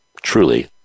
truly